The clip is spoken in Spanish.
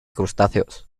crustáceos